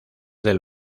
del